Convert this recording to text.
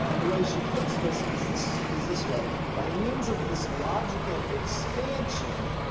ah the way she puts this is this is this way. by means of this logical expansion,